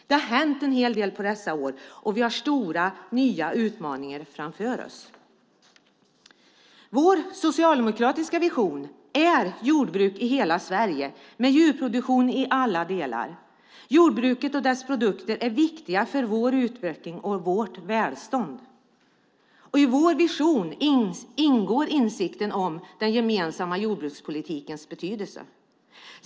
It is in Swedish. Det har hänt en hel del på dessa år, och vi har nya stora utmaningar framför oss. Vår socialdemokratiska vision är jordbruk i hela Sverige med djurproduktion i alla delar. Jordbruket och dess produkter är viktiga för vår utveckling och vårt välstånd. I vår vision ingår insikten om den gemensamma jordbrukspolitikens betydelse.